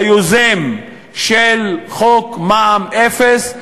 היוזם של חוק מע"מ אפס,